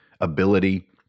ability